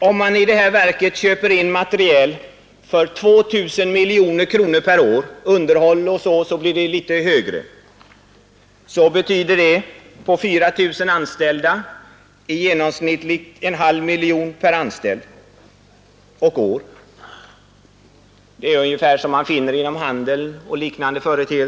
Om man i det verk det här gäller köper in materiel för 2 000 miljoner kronor per år — något mer om man lägger till underhållet — så betyder det på 4 000 anställda i genomsnitt en halv miljon kronor per anställd och år. Det är ungefär vad man har inom handeln och i andra stora företag.